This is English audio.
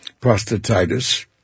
prostatitis